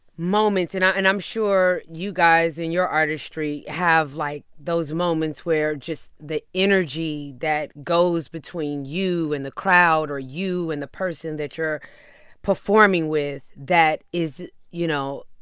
moments. and i'm sure you guys, in your artistry, have, like, those moments where just the energy that goes between you and the crowd or you and the person that you're performing with that is, you know,